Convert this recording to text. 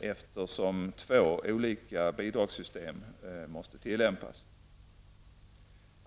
eftersom två olika bidragssystem måste tillämpas.